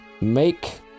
make